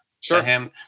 sure